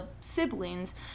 siblings